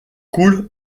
coule